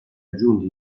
aggiunti